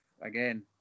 again